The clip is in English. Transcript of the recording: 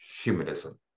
humanism